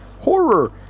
horror